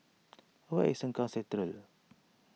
where is Sengkang Central